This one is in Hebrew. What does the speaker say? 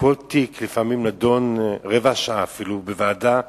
וכל תיק לפעמים נדון רבע שעה אפילו בוועדה,